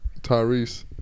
Tyrese